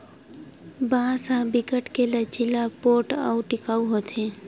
बांस ह बिकट के लचीला, पोठ अउ टिकऊ होथे